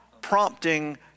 prompting